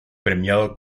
premiado